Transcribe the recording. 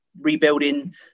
rebuilding